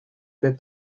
pep